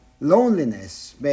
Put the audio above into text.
loneliness